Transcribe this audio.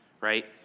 right